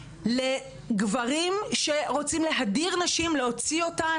לגברים שרוצים להדיר נשים להוציא אותם.